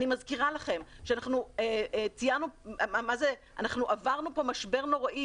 אני מזכירה לכם שאנחנו עברנו פה משבר נוראי.